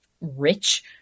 rich